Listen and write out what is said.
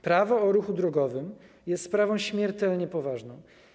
Prawo o ruchu drogowym jest sprawą śmiertelnie poważną.